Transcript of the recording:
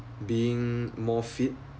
being more fit